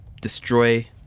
destroy